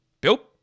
Built